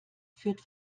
führt